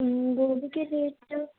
گوبھی کے ریٹ تو